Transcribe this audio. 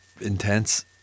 intense